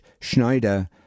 Schneider